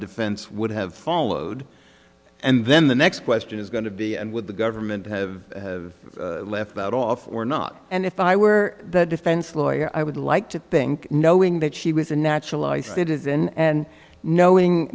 defense would have followed and then the next question is going to be and with the government have left that off or not and if i were the defense lawyer i would like to think knowing that she was a naturalized citizen and knowing